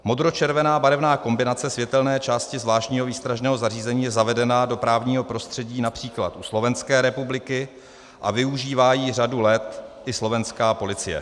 Modročervená barevná kombinace světelné části zvláštního výstražného zařízení je zavedena do právního prostředí například u Slovenské republiky a využívá ji řadu let i slovenská policie.